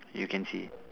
you can see